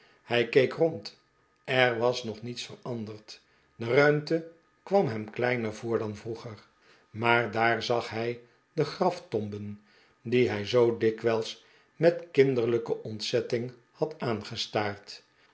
hij keek rond er was nog niets veranderd de ruimte kwam hem kleiner voor dan vroeger maar daar zag hij de graftomben die hij zoo dikwijls met kinderlijke ontzetting hadaangestaard